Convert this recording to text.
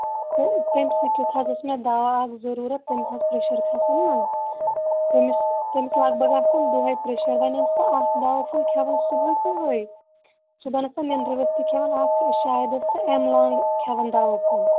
تہٕ تٔمۍ سٕے کیُتھ حظ اوس مےٚ دواہ ضرروٗت تٔمِس اوس پرٛیشر کھسان نا تٔمِس تٔمِس لگ بھگ آسان دوہے پرٛیشَر وۅنۍ ٲس سُہ اکھ دواہ پھوٚل کھیٚوان صبُٮحَس صبُحٲے صبُحن ٲس سۅ نیٚنٛدٕرِ ؤتھۍتھٕے کھیٚوان اکھ شاید ٲس سۅ ایم لانٛگ کھیٚوان دواہ پھوٚل